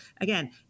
again